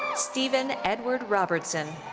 steven edward robertson.